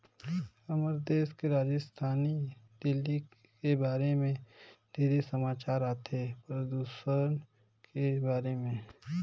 हमर देश के राजधानी दिल्ली के बारे मे ढेरे समाचार आथे, परदूषन के बारे में